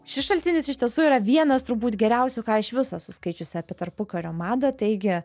šis šaltinis iš tiesų yra vienas turbūt geriausių ką iš viso esu skaičiusi apie tarpukario madą taigi